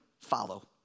follow